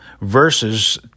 verses